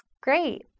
great